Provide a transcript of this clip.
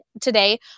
today